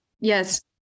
Yes